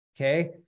Okay